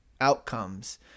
outcomes